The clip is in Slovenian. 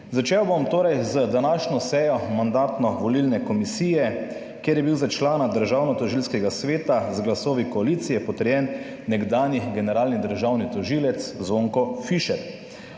Začel bom torej z današnjo sejo Mandatno-volilne komisije, kjer je bil za člana državno tožilskega sveta z glasovi koalicije potrjen nekdanji generalni državni tožilec Zvonko Fišer.